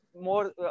more